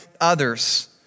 others